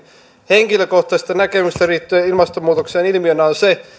henkilökohtaisista näkemyksistä liittyen ilmastonmuutokseen ilmiönä on se